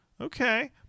Okay